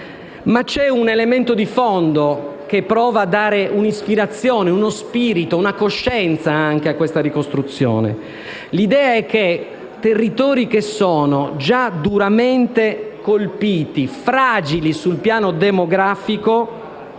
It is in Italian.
Ma c'è un elemento di fondo che prova a dare un'ispirazione, uno spirito, una coscienza a questa ricostruzione. L'idea è che territori, già duramente colpiti e fragili sul piano demografico,